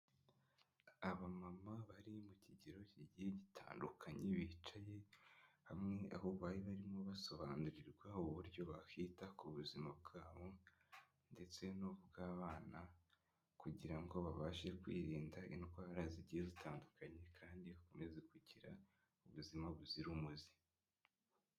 Abamama bari mu kigero cy'igihe gitandukanye bicaye hamwe aho bari barimo basobanurirwa uburyo bakwita ku buzima bwabo, ndetse n'ubw'abana kugira ngo babashe kwirinda indwara zigiye zitandukanye kandi bakomeze kugira ubuzima buzira umuze.